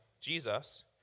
Jesus